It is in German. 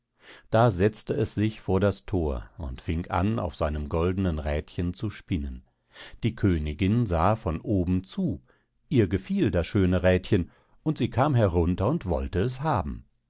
da setzte es sich vor das thor und fing an auf seinem goldenen rädchen zu spinnen die königin sah von oben zu ihr gefiel das schöne rädchen und sie kam herunter und wollte es haben